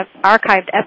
archived